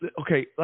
okay